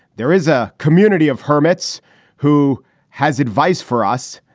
there is a community of hermits who has advice for us.